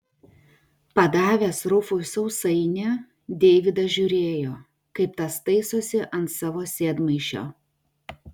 padavęs rufui sausainį deividas žiūrėjo kaip tas taisosi ant savo sėdmaišio